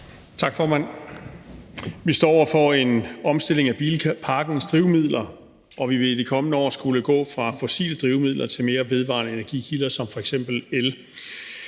Tak, formand. Vi står over for en omstilling af bilparkens drivmidler, og vi vil i de kommende år skulle gå fra fossile drivmidler til mere vedvarende energikilder som f.eks. el.